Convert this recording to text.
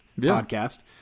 podcast